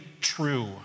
true